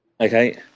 Okay